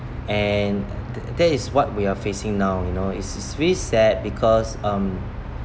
and that is what we are facing now you know it's it's really sad because um